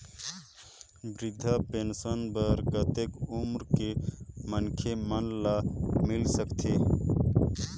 वृद्धा पेंशन बर कतेक उम्र के मनखे मन ल मिल सकथे?